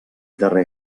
darrer